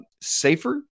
safer